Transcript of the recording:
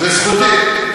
זו זכותי.